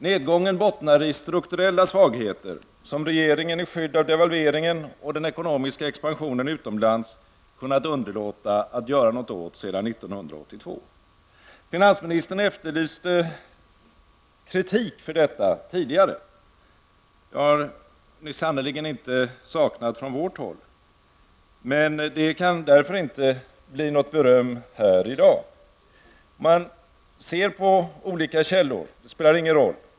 Nedgången bottnar i strukturella svagheter, som regeringen i skydd av devalveringen och den ekonomiska expansionen utomlands kunnat underlåta att göra något åt sedan Finansministern efterlyste tidigare kritik för detta. Det har ni sannerligen inte saknat från vårt håll. Det kan därför inte bli något beröm i dag. Att man ser på olika källor spelar ingen roll.